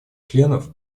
членов